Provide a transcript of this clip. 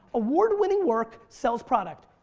award-winning work sells product.